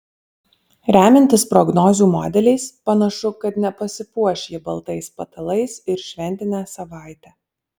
remiantis prognozių modeliais panašu kad nepasipuoš ji baltais patalais ir šventinę savaitę